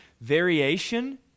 variation